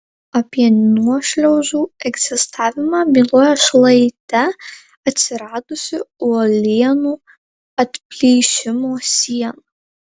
apie nuošliaužų egzistavimą byloja šlaite atsiradusi uolienų atplyšimo siena